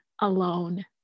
alone